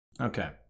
okay